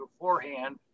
beforehand